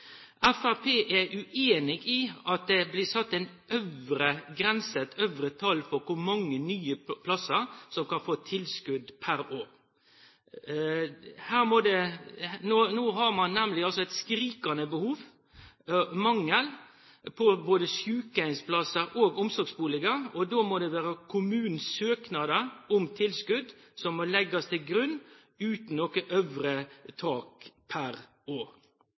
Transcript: Fremskrittspartiet er uenig i at det blir satt et øvre tall for hvor mange nye plasser som kan få tilskudd per år. Nå har man nemlig et skrikende behov for både sykehjemsplasser og omsorgsboliger. Da må det være kommunenes søknader om tilskudd som må legges til grunn uten noe øvre tak per år.